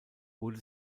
wurde